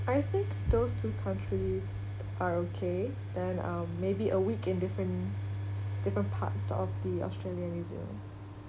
I think those two countries are okay then um maybe a week in different different parts of the australia and new zealand